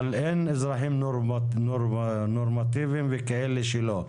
אבל אין אזרחים נורמטיביים וכאלה שלא.